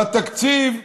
בתקציב.